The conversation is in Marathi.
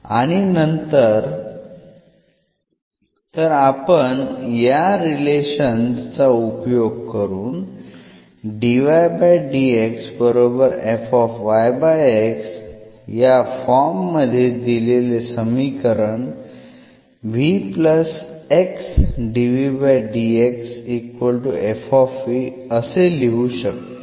आणि नंतर तर आपण या रिलेशन्स चा उपयोग करून या फॉर्म मधील दिलेले समीकरण असे लिहू शकतो